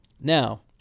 Now